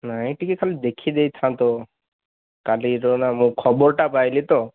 ନାଇଁ ଟିକିଏ ଖାଲି ଦେଖିଦେଇଥାନ୍ତ କାଲିର ନା ମୁଁ ଖବରଟା ପାଇଲି ତ